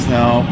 now